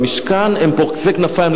במשכן הם פורסי כנפיים,